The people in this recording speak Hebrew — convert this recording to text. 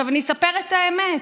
אני אספר את האמת: